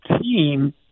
team